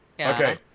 Okay